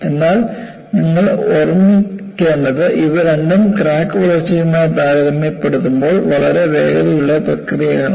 എന്നാൽ നിങ്ങൾ ഓർമിക്കേണ്ടതുണ്ട് ഇവ രണ്ടും ക്രാക്ക് വളർച്ചയുമായി താരതമ്യപ്പെടുത്തുമ്പോൾ വളരെ വേഗതയുള്ള പ്രക്രിയകളാണ്